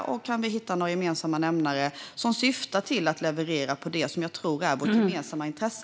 Det är bra om vi kan hitta några gemensamma nämnare som syftar till att leverera det som jag tror ligger i vårt gemensamma intresse.